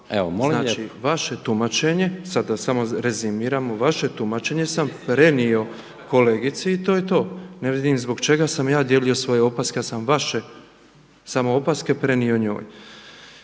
Hvala. Vaše tumačenje, sad da samo rezimiramo, vaše tumačenje sam prenio kolegici i to je to. Ne vidim zbog čega sam ja dijelio svoje opaske, ja sam vaše samo opaske prenio njoj.